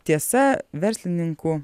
tiesa verslininkų